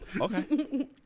Okay